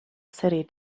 city